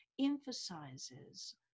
emphasizes